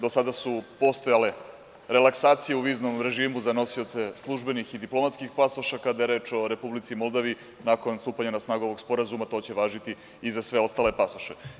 Do sada su postojale relaksacije u viznom režimu za nosioce službenih i diplomatskih pasoša kada je reč o Republici Moldaviji, a nakon stupanja na snagu ovog sporazuma to će važiti i za sve ostale pasoše.